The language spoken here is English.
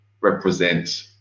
represent